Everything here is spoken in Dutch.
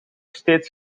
steeds